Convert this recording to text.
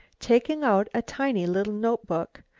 taking out a tiny little notebook,